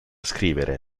scrivere